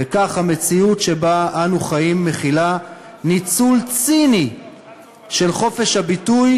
וכך המציאות שבה אנו חיים מכילה ניצול ציני של חופש הביטוי,